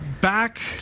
back